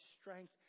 strength